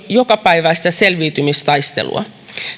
jokapäiväistä selviytymistaistelua